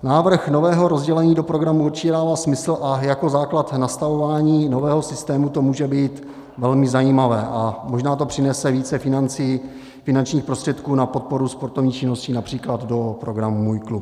Návrh nového rozdělení do programu určitě dává smysl a jako základ nastavování nového systému to může být velmi zajímavé a možná to přinese více financí, finančních prostředků, na podporu sportovní činností například do programu Můj klub.